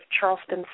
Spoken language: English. Charleston